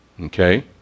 Okay